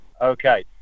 okay